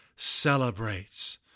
Celebrates